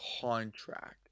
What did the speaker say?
Contract